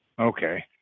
okay